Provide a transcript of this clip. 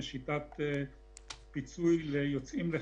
גם ליושב-ראש